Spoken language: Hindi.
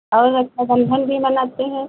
और रक्षा बंधन भी मनाते हैं